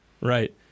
Right